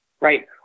right